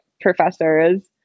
professors